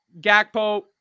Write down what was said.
Gakpo